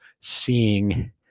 seeing